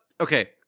Okay